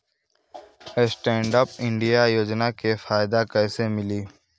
Stand up India योजना के फायदा कैसे मिली?